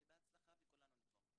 בהצלחה, וכולנו נתמוך.